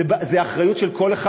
זו אחריות של כל אחד.